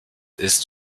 ist